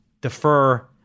defer